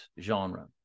genre